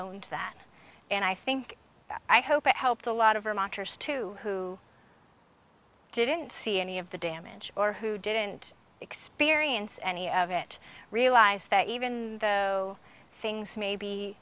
owned that and i think i hope it helped a lot of vermonters too who didn't see any of the damage or who didn't experience any of it realize that even though things may be